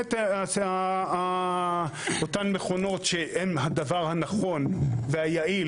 ובאמת אותן מכונות שהן הדבר הנכון והיעיל